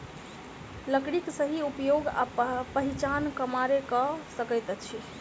लकड़ीक सही उपयोग आ पहिचान कमारे क सकैत अछि